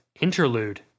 Interlude